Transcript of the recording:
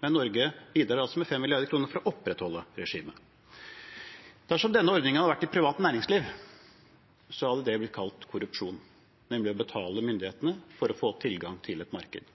men Norge bidrar altså med 5 mrd. kr for å opprettholde regimet. Dersom denne ordningen hadde vært i det private næringsliv, hadde den blitt kalt korrupsjon, nemlig å betale myndighetene for å få tilgang til et marked,